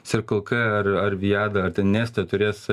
sirkl k ar ar vijada ar ten neste turės